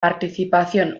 participación